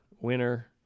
winner